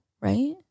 right